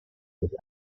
sich